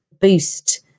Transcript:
boost